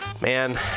man